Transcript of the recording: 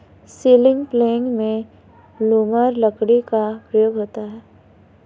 ceiling प्लेग में lumber लकड़ी का प्रयोग होता है